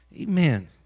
Amen